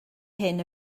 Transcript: hyn